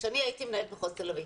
כשאני הייתי מנהלת מחוז תל אביב.